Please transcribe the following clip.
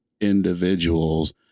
individuals